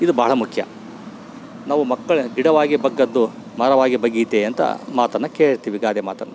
ಇದು ಬಹಳ ಮುಖ್ಯ ನಾವು ಮಕ್ಕಳು ಗಿಡವಾಗಿ ಬಗ್ಗದ್ದು ಮರವಾಗಿ ಬಗ್ಗೀತೇ ಅಂತ ಮಾತನ್ನು ಕೇಳಿರ್ತೀವಿ ಗಾದೆ ಮಾತನ್ನ